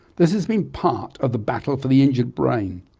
this has been part of the battle for the injured brain,